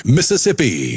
Mississippi